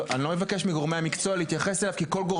אני קיוויתי שהדיון הזה יהיה בכלל באודיטוריום כי להערכתי